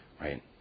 Right